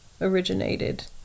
originated